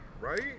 right